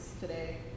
today